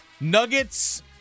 Nuggets